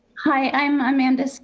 hi, i'm amanda so